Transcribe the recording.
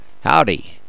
Howdy